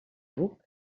ruc